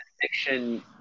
addiction